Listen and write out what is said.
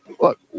Look